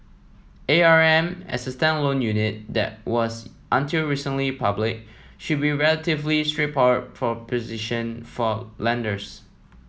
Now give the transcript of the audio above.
A R M as a standalone unit that was until recently public should be a relatively straightforward proposition for lenders